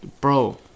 Bro